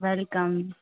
welcome